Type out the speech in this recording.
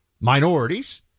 minorities